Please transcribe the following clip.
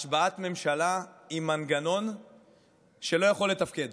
השבעת ממשלה עם מנגנון שלא יכול לתפקד,